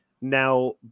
Now